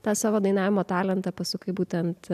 tą savo dainavimo talentą pasukai būtent